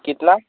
कितना